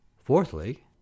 fourthly